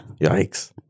Yikes